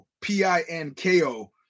P-I-N-K-O